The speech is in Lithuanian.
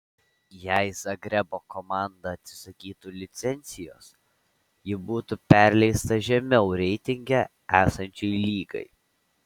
jei zagrebo komanda atsisakytų licencijos ji būtų perleista žemiau reitinge esančiai lygai